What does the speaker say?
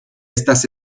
estas